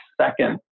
second